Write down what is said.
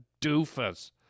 doofus